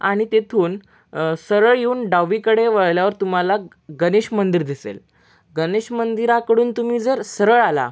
आणि तिथून सरळ येऊन डावीकडे वळल्यावर तुम्हाला गणेश मंदिर दिसेल गणेश मंदिराकडून तुम्ही जर सरळ आला